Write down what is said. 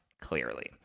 clearly